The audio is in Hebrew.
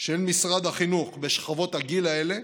של משרד החינוך בשכבות הגיל האלה